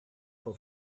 for